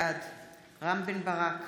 בעד רם בן-ברק,